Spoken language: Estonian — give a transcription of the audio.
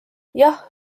jah